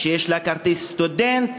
שיש לה כרטיס סטודנט,